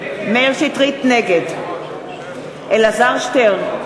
נגד אלעזר שטרן,